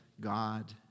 God